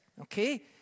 okay